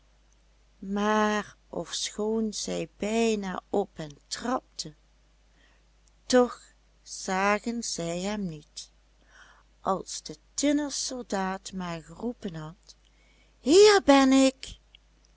maar ofschoon zij bijna op hem trapten toch zagen zij hem niet als de tinnen soldaat maar geroepen had hier ben ik